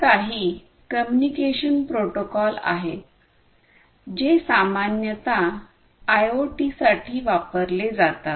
हे काही communication protocol आहेत जे सामान्यत आयओटीसाठी वापरले जातात